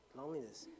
loneliness